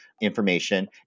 information